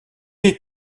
est